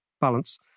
balance